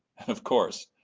of course,